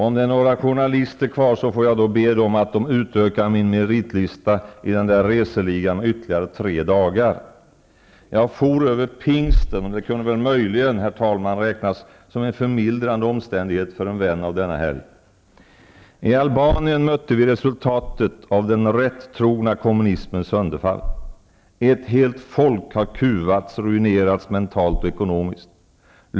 Om det är några journalister kvar, får jag be att de utökar min meritlista i reseligan med ytterligare tre dagar. Jag for över pingsten, och det kunde väl möjligen, herr talman, räknas som en förmildrande omständighet för en vän av denna helg. I Albanien mötte vi resultatet av den rättrogna kommunismens sönderfall. Ett helt folk har kuvats, ruinerats mentalt och ekonomiskt.